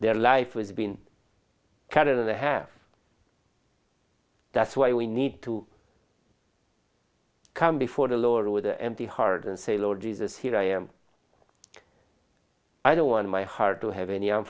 their life has been cut in the half that's why we need to come before the lord with the empty heart and say lord jesus here i am i don't want my heart to have any